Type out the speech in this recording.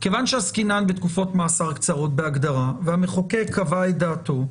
כיוון שעסקינן בתקופות מאסר קצרות בהגדרה והמחוקק קבע את דעתו,